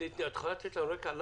את יכולה לתת את הרקע?